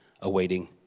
awaiting